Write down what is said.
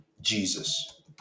Jesus